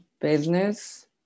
business